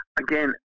again